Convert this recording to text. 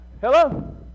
hello